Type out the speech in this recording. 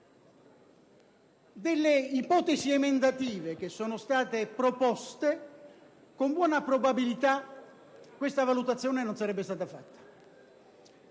delle ipotesi emendative che sono state proposte, con buona probabilità questa valutazione non sarebbe stata fatta.